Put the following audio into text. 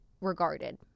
regarded